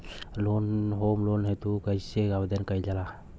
Home loan हेतु कइसे आवेदन कइल जाला?